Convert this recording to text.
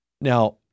Now